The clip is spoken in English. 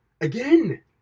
again